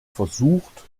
versucht